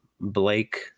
Blake –